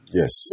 yes